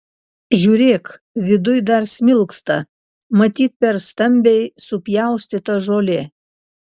žiūrėk viduj dar smilksta matyt per stambiai supjaustyta žolė